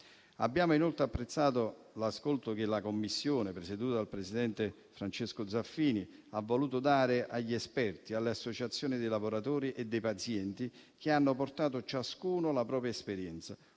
Abbiamo inoltre apprezzato l'ascolto che la Commissione presieduta dal presidente Francesco Zaffini ha voluto dare agli esperti, alle associazioni dei lavoratori e dei pazienti, che hanno portato ciascuno la propria esperienza